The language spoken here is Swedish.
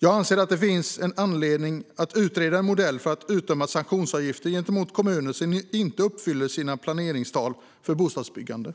Jag anser att det finns anledning att utreda en modell för att utdöma sanktionsavgifter gentemot kommuner som inte uppfyller sina planeringstal för bostadsbyggande.